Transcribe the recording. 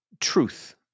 truth